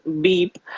beep